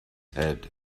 had